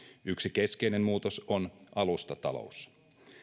yksi keskeinen muutos on alustatalous